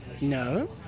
No